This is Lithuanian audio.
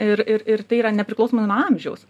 ir ir ir tai yra nepriklausomai nuo amžiaus